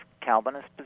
Calvinist